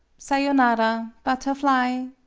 sayonara, butterfly?